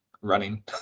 running